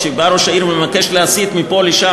כשבא ראש העיר ומבקש להסיט מפה לשם,